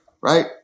right